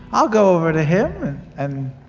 i'll go over to him and.